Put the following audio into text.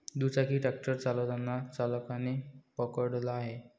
दुचाकी ट्रॅक्टर चालताना चालकाने पकडला आहे